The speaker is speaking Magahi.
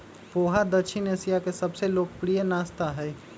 पोहा दक्षिण एशिया के सबसे लोकप्रिय नाश्ता हई